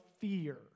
fear